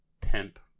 pimp